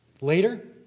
Later